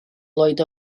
lloyd